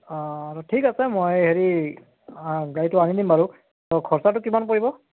অ ঠিক আছে মই হেৰি গাড়ীটো আনি দিম বাৰু খৰচাটো কিমান পৰিব